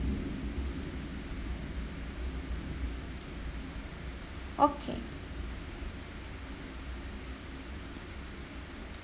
okay